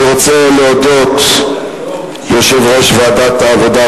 אני רוצה להודות ליושב-ראש ועדת העבודה,